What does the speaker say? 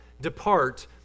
depart